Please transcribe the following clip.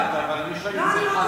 את לא נתקלת, אבל אני שואל אם חל החוק.